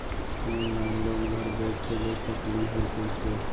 Online loan घर बैठे ले सकली हे, कैसे?